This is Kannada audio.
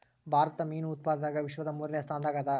ಭಾರತ ಮೀನು ಉತ್ಪಾದನದಾಗ ವಿಶ್ವದ ಮೂರನೇ ಸ್ಥಾನದಾಗ ಅದ